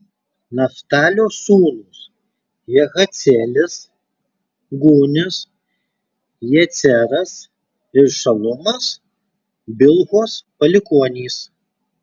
naftalio sūnūs jahacielis gūnis jeceras ir šalumas bilhos palikuonys